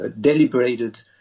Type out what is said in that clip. deliberated